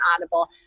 Audible